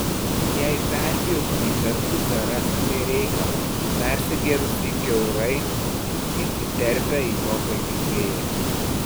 jei perpjautumei per pusę rastumei reikalą persigėrusį kiaurai įsiterpia į pokalbį fėja